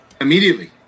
Immediately